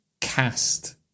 cast